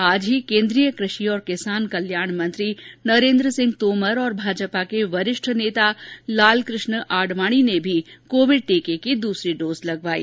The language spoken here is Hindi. आज ही केन्द्रीय कृषि और किसान कल्याण मंत्री नरेन्द्र सिंह तोमर और भाजपा के वरिष्ठ नेता लालकृष्ण आडवाणी ने भी कोविड टीके की दूसरी डोज लगवायी